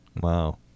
Wow